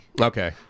Okay